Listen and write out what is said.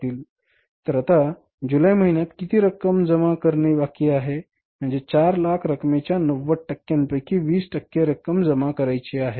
तर आता जुलै महिन्यात किती रक्कम जमा करणे बाकी आहे म्हणजे 400000 रकमेच्या 90 टक्क्यांपैकी 20 टक्के रक्कम जमा करायची आहे